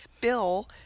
bill